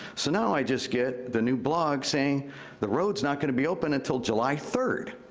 so now, i just get the new blog saying the road's not gonna be open until july third,